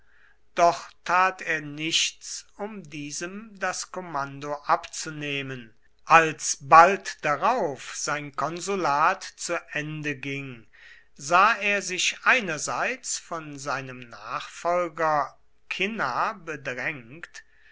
doch tat er nichts um diesem das kommando abzunehmen als bald darauf sein konsulat zu ende ging sah er sich einerseits von seinem nachfolger cinna